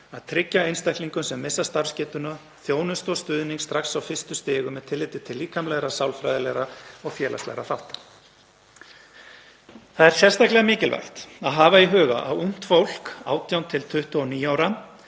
að tryggja einstaklingum sem missa starfsgetuna þjónustu og stuðning strax á fyrstu stigum með tilliti til líkamlegra, sálfræðilegra og félagslegra þátta. Það er sérstaklega mikilvægt að hafa í huga að ungt fólk, 18–29 ára,